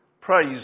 Praise